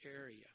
area